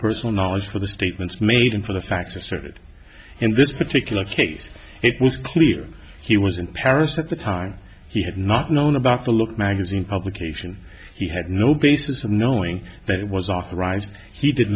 personal knowledge for the statements made and for the facts asserted in this particular case it was clear he was in paris at the time he had not known about the look magazine publication he had no basis of knowing that it was authorized he did